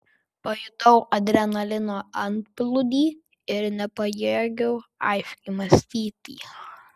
pajutau adrenalino antplūdį ir nepajėgiau aiškiai mąstyti